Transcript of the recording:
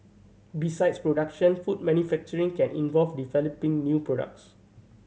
besides production food manufacturing can involve developing new products